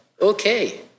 okay